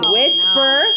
Whisper